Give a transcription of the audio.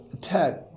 Ted